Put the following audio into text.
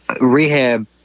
rehab